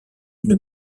une